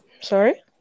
Sorry